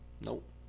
Nope